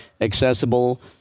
accessible